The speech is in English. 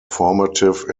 formative